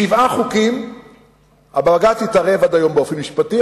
ובשבעה חוקים הבג"ץ התערב עד היום באופן משפטי.